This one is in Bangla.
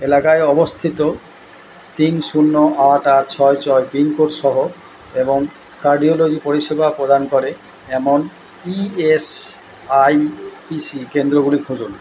এলাকায় অবস্থিত তিন শূন্য আট আট ছয় ছয় পিনকোড সহ এবং কার্ডিওলজি পরিষেবা প্রদান করে এমন E S I E C কেন্দ্রগুলি খুঁজুন